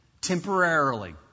Temporarily